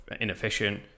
inefficient